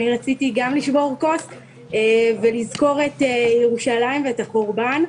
אני רציתי גם לשבור כוס ולזכור את ירושלים ואת הקורבן,